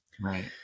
Right